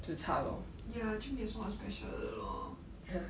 ya 就没有什么 special 的 lor